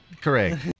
correct